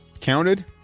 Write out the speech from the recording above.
counted